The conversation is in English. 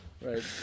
right